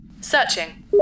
Searching